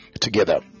together